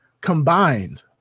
combined